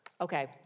okay